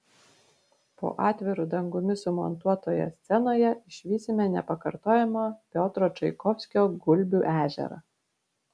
po atviru dangumi sumontuotoje scenoje išvysime nepakartojamą piotro čaikovskio gulbių ežerą